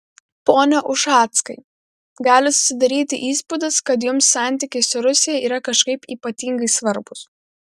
pone ušackai gali susidaryti įspūdis kad jums santykiai su rusija yra kažkaip ypatingai svarbūs